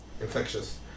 Infectious